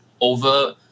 over